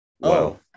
Wow